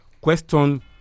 question